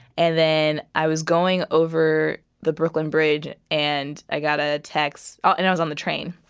and then i was going over the brooklyn bridge. and i got a text. and i was on the train.